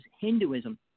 Hinduism